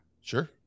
Sure